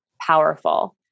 powerful